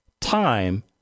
time